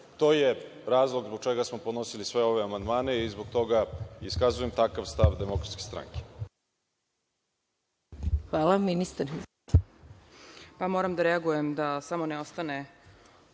To je razlog zbog čega smo podnosili sve ove amandmane i zbog toga iskazujem takav stav DS. **Maja